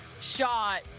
shot